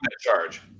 charge